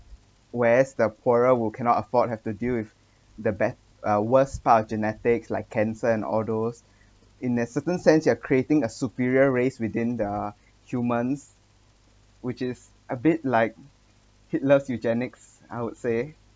whereas the poorer who cannot afford have to deal with the best uh worst part of genetics like cancer and all those in a certain sense you are creating a superior race within the human which is a bit like hitlers eugenics I would say